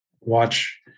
watch